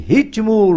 Ritmo